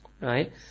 Right